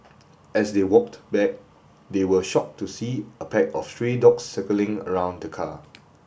as they walked back they were shocked to see a pack of stray dogs circling around the car